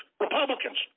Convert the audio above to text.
Republicans